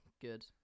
good